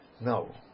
No